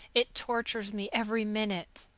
it tortures me every minute.